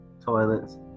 toilets